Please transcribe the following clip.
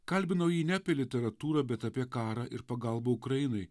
kalbinau jį ne apie literatūrą bet apie karą ir pagalbą ukrainai